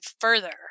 further